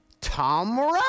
Tom